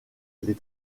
les